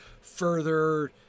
further